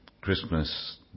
Christmas